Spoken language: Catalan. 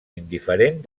indiferent